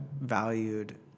valued